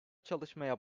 çalışmaya